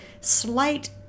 slight